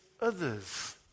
others